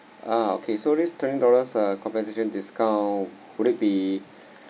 ah okay so this twenty dollars uh compensation discount would it be